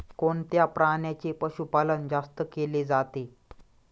कोणत्या प्राण्याचे पशुपालन जास्त केले जाते?